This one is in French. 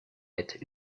être